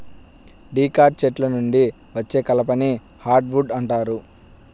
dicot చెట్ల నుండి వచ్చే కలపని హార్డ్ వుడ్ అంటారు